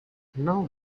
now